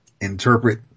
Interpret